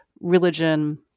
religion